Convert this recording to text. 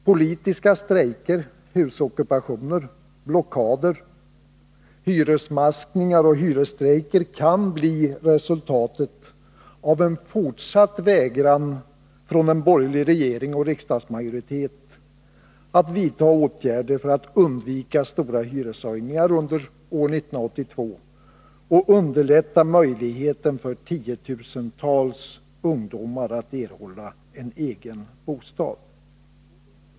Politiska strejker, husockupationer, blockader, hyresmaskningar och hyresstrejker kan bli resultatet av en fortsatt vägran från en borgerlig regering och riksdagsmajoritet att vidta åtgärder för att undvika stora hyreshöjningar under år 1982 och underlätta möjligheten för tiotusentals ungdomar att få en egen bostad.